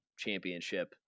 championship